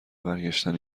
برگشتن